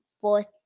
fourth